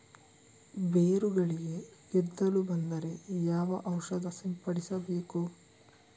ಬೇರುಗಳಿಗೆ ಗೆದ್ದಲು ಬಂದರೆ ಯಾವ ಔಷಧ ಸಿಂಪಡಿಸಬೇಕು?